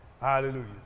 Hallelujah